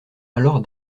alors